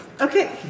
Okay